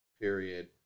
period